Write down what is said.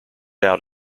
out